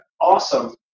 awesome